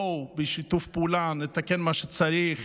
בואו, בשיתוף פעולה נתקן מה שצריך